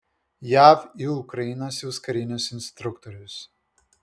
jav į ukrainą siųs karinius instruktorius